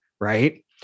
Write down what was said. right